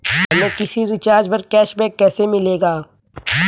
हमें किसी रिचार्ज पर कैशबैक कैसे मिलेगा?